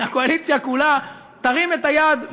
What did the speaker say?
הקואליציה כולה תרים את היד,